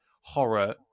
horror